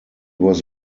was